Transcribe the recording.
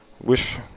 Wish